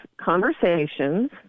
conversations